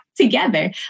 together